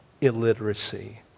illiteracy